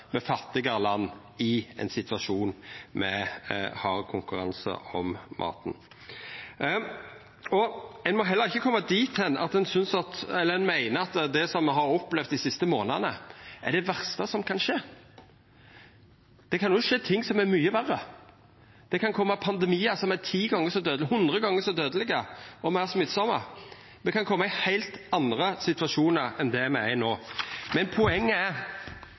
med fattigare land i ein situasjon med hard konkurranse om maten. Ein må heller ikkje koma dit at ein meiner at det me har opplevd dei siste månadane, er det verste som kan skje. Det kan òg skje ting som er mykje verre. Det kan koma pandemiar som er 10 gongar så dødelege, 100 gongar så dødelege, og meir smittsame. Me kan koma i heilt andre situasjonar enn det me er i no. Men poenget er